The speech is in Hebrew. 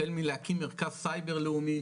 החל מלהקים מרכז סייבר לאומי,